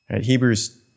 Hebrews